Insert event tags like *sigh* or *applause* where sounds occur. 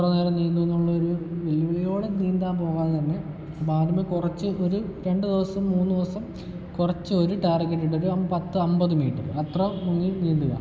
എത്ര നേരം നീന്തും എന്നുള്ളത് ഒരു വെല്ലുവിളിയോടെ നീന്താൻ പോകാതെ തന്നെ *unintelligible* കുറച്ച് ഒരു രണ്ട് ദിവസം മൂന്ന് ദിവസം കുറച്ച് ഒരു ടാർഗറ്റ് ഇട്ടിട്ട് പത്ത് അൻപത് മീറ്റർ അത്രയും മുങ്ങി നീന്തുക